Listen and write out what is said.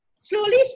Slowly